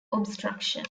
obstruction